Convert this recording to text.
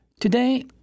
Today